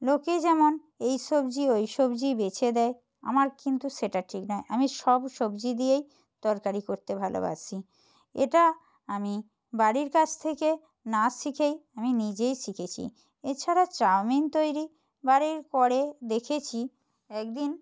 লোকে যেমন এই সবজি ওই সবজি বেছে দেয় আমার কিন্তু সেটা ঠিক নয় আমি সব সবজি দিয়েই তরকারি করতে ভালোবাসি এটা আমি বাড়ির কাছ থেকে না শিখেই আমি নিজেই শিখেছি এছাড়া চাউমিন তৈরি বাড়ির করে দেখেছি এক দিন